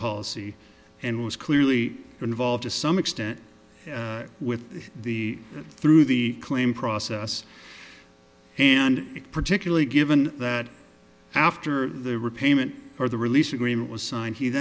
policy and was clearly involved to some extent with the through the claim process and it particularly given that after the repayment or the release agreement was signed he